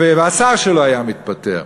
והשר שלו היה מתפטר.